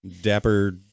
dapper